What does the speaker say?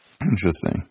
Interesting